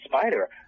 spider